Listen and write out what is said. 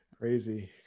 Crazy